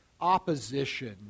opposition